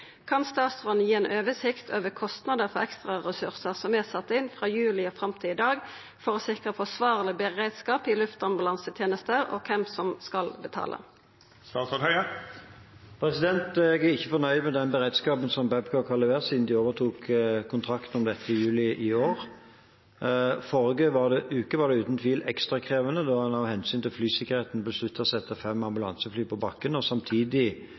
Kan statsråden gi ei oversikt over kostnader for ekstraressursar som er sette inn frå juli og fram til i dag for å sikra forsvarleg beredskap i luftambulansetenesta, og kven som skal betala?» Jeg er ikke fornøyd med den beredskapen som Babcock har levert siden de overtok kontrakten for dette i juli i år. I forrige uke var det uten tvil ekstra krevende da man av hensyn til flysikkerheten besluttet å sette fem ambulansefly på bakken og samtidig